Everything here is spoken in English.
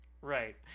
Right